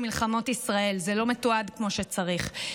זה לא מתועד כמו שצריך,